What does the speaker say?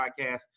podcast